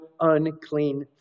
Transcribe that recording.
unclean